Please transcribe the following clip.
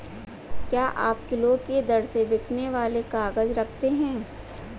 क्या आप किलो के दर से बिकने वाले काग़ज़ रखते हैं?